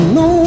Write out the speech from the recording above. no